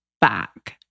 back